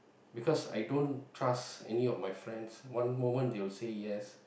because I don't trust any of my friends cause one moment they'll say yes